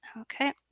Okay